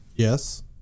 Yes